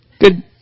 good